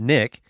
Nick